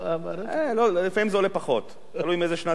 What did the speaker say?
לפעמים זה עולה פחות, תלוי מאיזו שנת הייצור.